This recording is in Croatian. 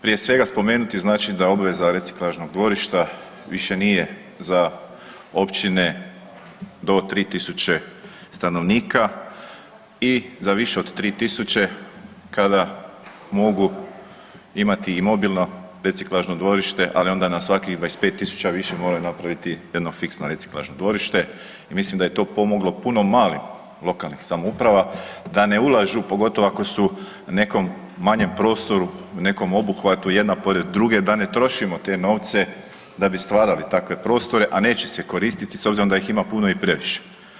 Prije svega spomenuti znači da obveza reciklažnog dvorišta više nije za općine do 3000 stanovnika i za više od 3000 kada mogu imati i mobilno reciklažno dvorište, ali onda na svakih 25.000 više moraju napraviti jedno fiksno reciklažno dvorište i mislim da je to pomoglo puno malih lokalnih samouprava da ne ulažu, pogotovo ako su na nekom manjem prostoru, na nekom obuhvatu jedna pored druge da ne trošimo te novce da bi stvarali takve prostore, a neće se koristiti s obzirom da ih ima puno i previše.